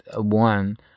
one